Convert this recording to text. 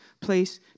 place